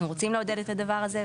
אנחנו רוצים לעודד את הדבר הזה,